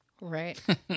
Right